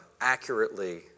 accurately